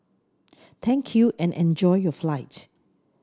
thank you and enjoy your flight